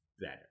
better